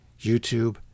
YouTube